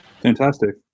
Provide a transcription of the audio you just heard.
Fantastic